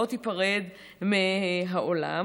לא תיפרד מהעולם,